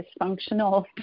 dysfunctional